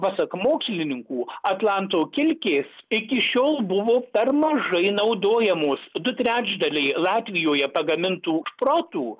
pasak mokslininkų atlanto kilkės iki šiol buvo per mažai naudojamos du trečdaliai latvijoje pagamintų šprotų